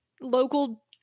local